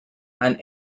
and